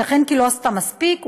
ייתכן שהיא לא עשתה מספיק,